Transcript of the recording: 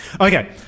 Okay